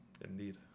indeed